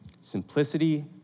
Simplicity